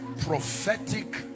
prophetic